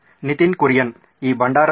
ನಿತಿನ್ ಕುರಿಯನ್ ಈ ಭಂಡಾರದೊಳಗೆ